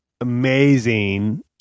amazing